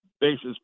basis